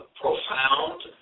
profound